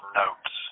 notes